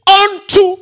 unto